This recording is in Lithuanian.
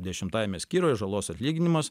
dešimtajame skyriuje žalos atlyginimas